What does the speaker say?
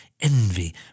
envy